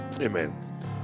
amen